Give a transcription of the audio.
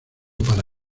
para